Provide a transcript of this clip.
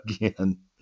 again